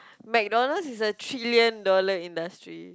McDonalds is a trillion dollars industry